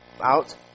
out